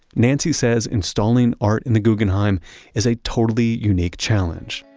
nancy says installing art in the guggenheim is a totally unique challenge,